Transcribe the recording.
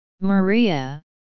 Maria